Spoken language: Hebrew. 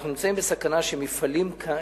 אנחנו נמצאים בסכנה כי מפעלים כאלה,